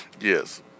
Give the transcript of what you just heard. Yes